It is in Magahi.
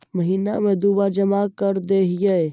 महिना मे दु बार जमा करदेहिय?